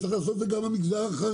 צריך לעשות את זה גם למגזר החרדי.